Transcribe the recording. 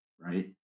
right